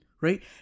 right